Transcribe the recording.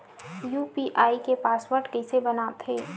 UPI के password कइसे बनाथे?